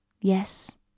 Yes